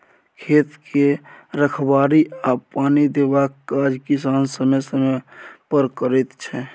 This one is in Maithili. खेत के रखबाड़ी आ पानि देबाक काज किसान समय समय पर करैत छै